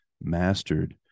mastered